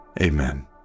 Amen